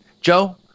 Joe